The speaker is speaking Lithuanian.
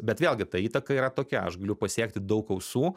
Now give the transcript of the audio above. bet vėlgi ta įtaka yra tokia aš galiu pasiekti daug ausų